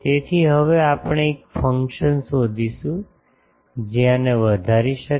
તેથી હવે આપણે એક ફંક્શન શોધીશું જે આને વધારી શકે